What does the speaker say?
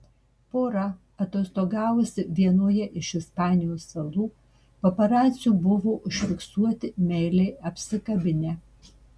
pora atostogavusi vienoje iš ispanijos salų paparacių buvo užfiksuoti meiliai apsikabinę